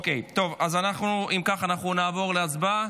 אם כך, אנחנו נעבור להצבעה.